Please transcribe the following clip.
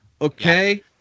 okay